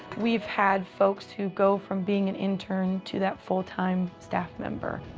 we've had folks who go from being an intern to that full-time staff member,